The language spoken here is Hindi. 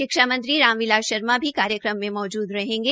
शिक्षा मंत्री राम बिलास शर्मा भी कार्यक्रम में मौजूद रहेंगे